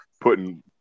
putting